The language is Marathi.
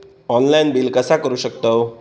ऑनलाइन बिल कसा करु शकतव?